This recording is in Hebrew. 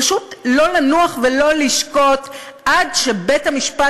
פשוט לא לנוח ולא לשקוט כל עוד בית-המשפט